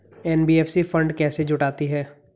NBFC fund कैसे जुटाती है?